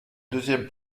deuxième